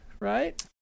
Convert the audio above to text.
right